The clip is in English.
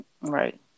Right